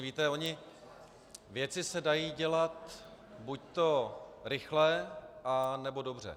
Víte, ony věci se dají dělat buď rychle, anebo dobře.